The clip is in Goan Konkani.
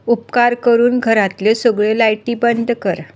उपकार करून घरांतल्यो सगळ्यो लायटी बंद कर